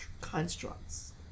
constructs